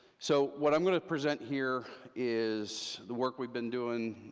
so what i'm going to present here is the work we've been doing,